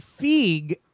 Feig